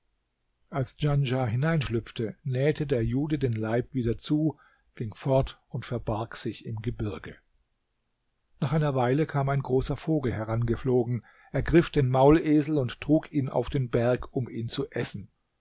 als djanschah hineinschlüpfte nähte der jude den leib wieder zu ging fort und verbarg sich im gebirge nach einer weile kam ein großer vogel herangeflogen ergriff den maulesel und trug ihn auf den berg um ihn zu essen